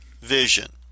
vision